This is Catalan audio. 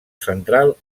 central